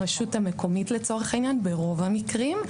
הרשות המקומית לצורך העניין ברוב המקרים,